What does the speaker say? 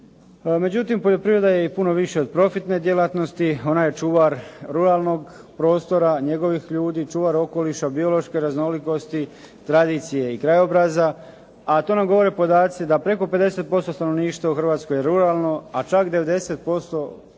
Međutim, poljoprivreda je i puno više od profitne djelatnosti, ona je čuvar ruralnog prostora, njegovih ljudi, čuvar okoliša, biološke raznolikosti, tradicije i krajobraza a to nam govore podaci da preko 50% stanovništva u Hrvatskoj je ruralno a čak 90%